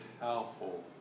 powerful